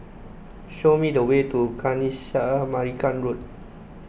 show me the way to Kanisha Marican Road